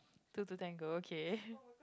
two to tango okay